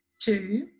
two